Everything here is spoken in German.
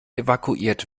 evakuiert